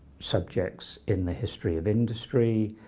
subjects in the history of industry,